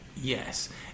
yes